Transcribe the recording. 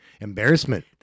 embarrassment